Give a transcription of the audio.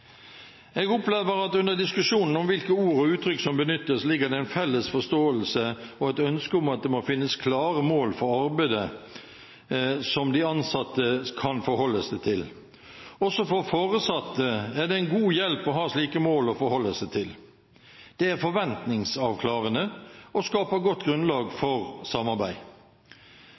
Jeg opplever at under diskusjonen om hvilke ord og uttrykk som benyttes, ligger det en felles forståelse for og et ønske om at det må finnes klare mål for arbeidet, som de ansatte kan forholde seg til. Også for foresatte er det en god hjelp å ha slike mål å forholde seg til. Det er forventningsavklarende og skaper godt grunnlag for samarbeid.